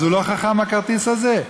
אז הוא לא חכם, הכרטיס הזה?